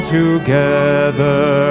together